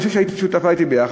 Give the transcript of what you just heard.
אני חושב שהיית שותפה אתי יחד,